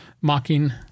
mocking